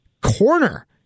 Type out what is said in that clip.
Corner